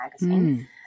magazine